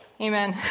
Amen